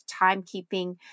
timekeeping